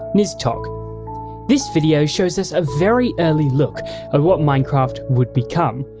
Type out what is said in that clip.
nizztoch. this video shows us a very early look at what minecraft would become,